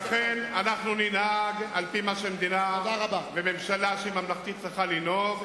לכן אנחנו ננהג על-פי מה שמדינה וממשלה שהיא ממלכתית צריכה לנהוג.